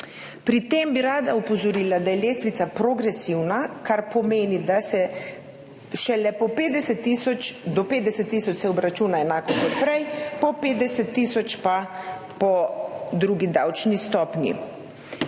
Pri tem bi rada opozorila, da je lestvica progresivna, kar pomeni, da se do 50 tisoč obračuna enako kot prej, po 50 tisoč pa po drugi davčni stopnji.